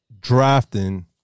drafting